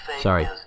sorry